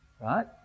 Right